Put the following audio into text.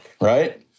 right